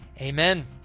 amen